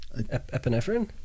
epinephrine